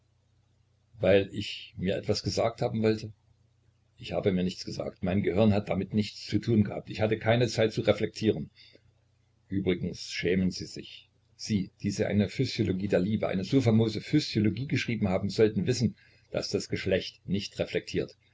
weil ich mir etwas gesagt haben wollte ich habe mir nichts gesagt mein gehirn hat damit nichts zu tun gehabt ich hatte keine zeit zu reflektieren übrigens schämen sie sich sie die sie eine physiologie der liebe eine so famose physiologie geschrieben haben sollten wissen daß das geschlecht nicht reflektiert